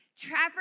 Trapper